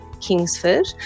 Kingsford